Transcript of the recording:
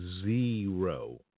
zero